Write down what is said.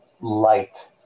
light